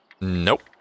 Nope